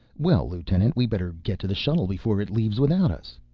well, lieutenant, we'd better get to the shuttle before it leaves without us.